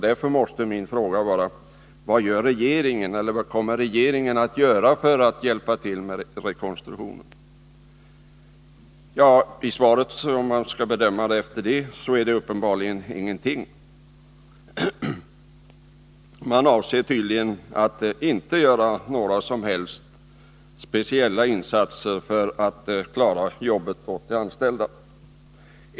Därför måste min fråga vara: Vad gör regeringen eller vad kommer regeringen att göra för att hjälpa till med rekonstruktionen? Uppenbarligen ingenting, om man skall döma efter svaret. Regeringen avser tydligen att inte göra några som helst speciella insatser för att klara jobben åt de anställda.